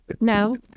No